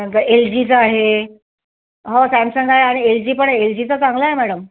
नंतर एल जीचा आहे हो सॅमसंग आहे आणि एल जी पण एल जीचा चांगला आहे मॅळम